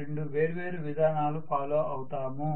రెండు వేర్వేరు విధానాలు ఫాలో అవుతాము